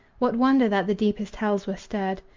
what wonder that the deepest hells were stirred?